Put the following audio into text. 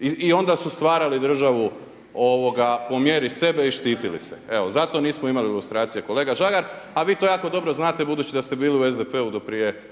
I onda su stvarali državu po mjeri sebe i štitili se. Evo zato nismo imali lustracije kolega Žagar a vi to jako dobro znate budući da ste bili u SDP-u do prije